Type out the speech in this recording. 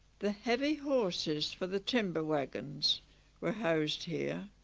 the heavy horses for the timber wagons were housed here.